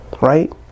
right